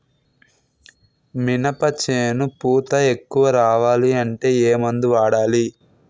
మినప చేను పూత ఎక్కువ రావాలి అంటే ఏమందు వాడాలి?